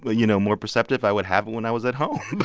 ah you know, more perceptive, i would have it when i was at home